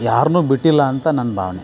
ಯಾರನ್ನು ಬಿಟ್ಟಿಲ್ಲಾಂತ ನನ್ನ ಭಾವನೆ